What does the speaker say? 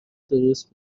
درست